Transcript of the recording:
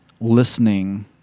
listening